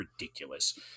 ridiculous